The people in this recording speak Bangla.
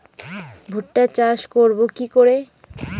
ভুট্টা চাষ করব কি করে?